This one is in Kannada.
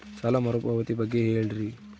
ಸಾಲ ಮರುಪಾವತಿ ಬಗ್ಗೆ ಹೇಳ್ರಿ?